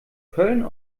köln